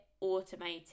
automated